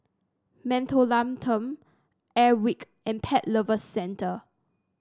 Mentholatum Airwick and Pet Lovers Centre